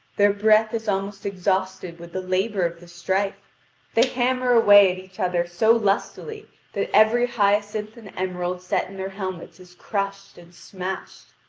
their breath is almost exhausted with the labour of the strife they hammer away at each other so lustily that every hyacinth and emerald set in their helmets is crushed and smashed.